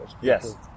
Yes